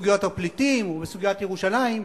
בסוגיית הפליטים ובסוגיית ירושלים,